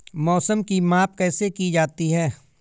मौसम की माप कैसे की जाती है?